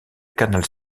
canal